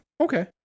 Okay